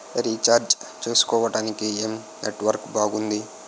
Recharge చేసుకోవటానికి ఏం network బాగుంది?